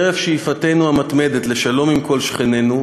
חרף שאיפתנו המתמדת לשלום עם כל שכנינו,